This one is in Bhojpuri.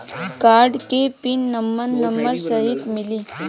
कार्ड के पिन नंबर नंबर साथही मिला?